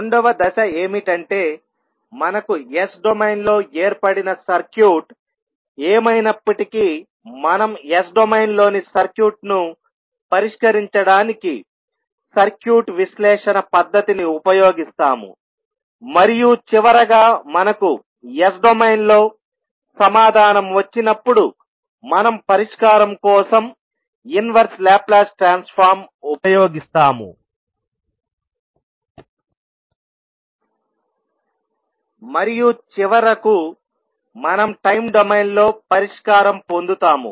రెండవ దశ ఏమిటంటే మనకు S డొమైన్ లో ఏర్పడిన సర్క్యూట్ ఏమైనప్పటికీ మనం S డొమైన్లోని సర్క్యూట్ను పరిష్కరించడానికి సర్క్యూట్ విశ్లేషణ పద్ధతిని ఉపయోగిస్తాము మరియు చివరగా మనకు S డొమైన్లో సమాధానం వచ్చినప్పుడుమనం పరిష్కారం కోసం ఇన్వెర్స్ లాప్లాస్ ట్రాన్స్ఫార్మ్ ఉపయోగిస్తాము మరియు చివరకు మనం టైమ్ డొమైన్లో పరిష్కారం పొందుతాము